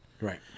Right